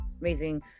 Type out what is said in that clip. amazing